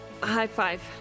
High-five